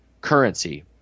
currency